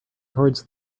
towards